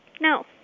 No